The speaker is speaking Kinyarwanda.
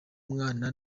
mwana